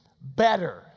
better